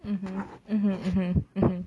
mmhmm mmhmm mmhmm mmhmm